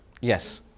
Yes